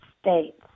States